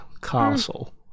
castle